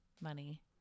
money